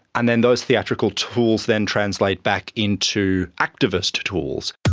and then those theatrical tools then translate back into activist tools.